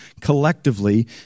collectively